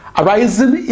arising